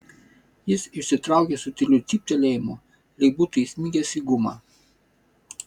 jis išsitraukė su tyliu cyptelėjimu lyg būtų įsmigęs į gumą